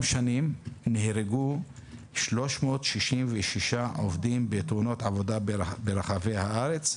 שנים נהרגו 366 עובדים בתאונות עבודה ברחבי הארץ,